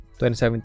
2017